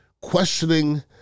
questioning